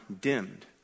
dimmed